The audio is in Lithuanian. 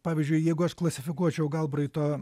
pavyzdžiui jeigu aš klasifikuočiau galbraito